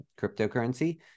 cryptocurrency